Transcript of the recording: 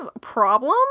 problem